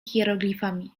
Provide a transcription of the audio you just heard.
hieroglifami